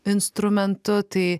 instrumentu tai